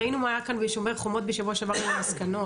ראינו מה היה כאן בשומר חומות בשבוע שעבר עם המסקנות,